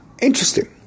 interesting